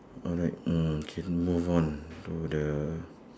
alright mm okay move on to the